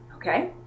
Okay